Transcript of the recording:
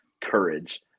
courage